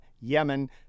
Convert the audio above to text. Yemen